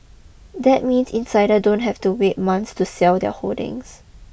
that means insider don't have to wait months to sell their holdings